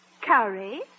Curry